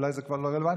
אולי זה כבר לא רלוונטי,